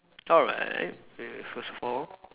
alright K first of all